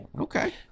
okay